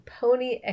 Pony